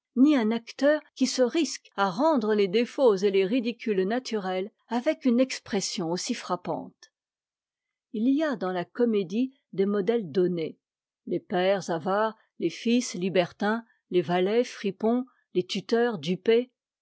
ni un acteur qui se risque à rendre les défauts et les ridicules naturels avec une expression aussi frappante il y a dans la comédie des modèles donnés les pères avares les fils libertins les valets fripons les tuteurs dupés